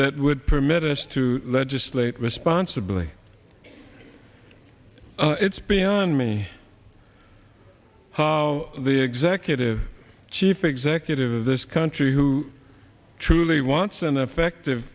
that would permit us to legislate responsibly it's beyond me how the executive chief executive of this country who truly wants an effective